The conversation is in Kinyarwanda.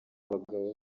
bagabo